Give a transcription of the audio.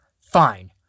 fine